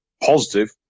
positive